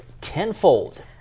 tenfold